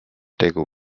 tegu